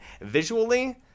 visually